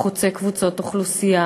חוצה קבוצות אוכלוסייה,